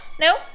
no